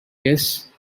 guests